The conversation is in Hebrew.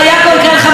אני אקרא לך מרגי,